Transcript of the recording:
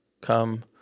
come